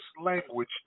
language